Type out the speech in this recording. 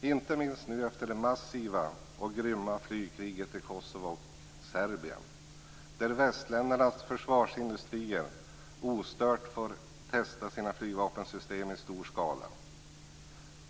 inte minst nu efter det massiva och grymma flygkriget i Kosovo och Serbien där västländernas försvarsindustrier ostört fått testa sina flygvapensystem i stor skala.